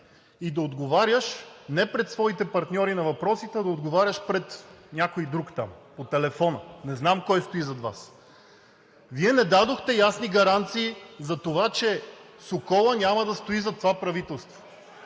и да отговаряш не пред своите партньори на въпросите, а да отговаряш пред някой друг там – по телефона, не знам кой стои зад Вас?! Вие не дадохте ясни гаранции за това, че Соколът няма да стои зад това правителство